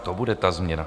To bude ta změna!